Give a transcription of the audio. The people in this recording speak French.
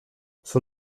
son